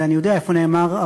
אני יודע איפה נאמר,